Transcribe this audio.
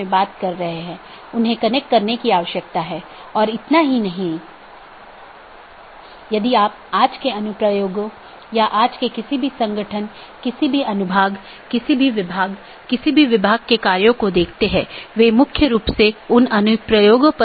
BGP या border gateway protocol बाहरी routing protocol है जो ऑटॉनमस सिस्टमों के पार पैकेट को सही तरीके से रूट करने में मदद करता है